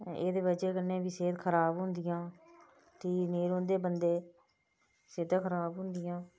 ते एह्दी बजह् कन्नै बी सेह्त खराब हुंदियां जियां केईं नेई रौंह्दे बंदे सेह्तां खराब हुंदियां